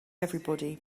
everybody